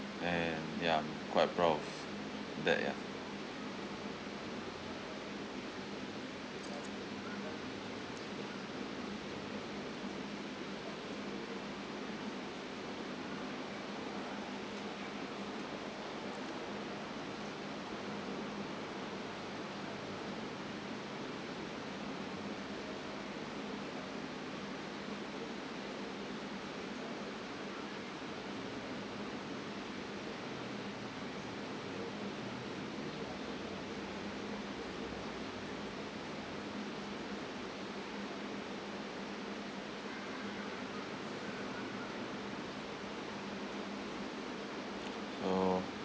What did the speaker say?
and ya I'm quite proud of that ya so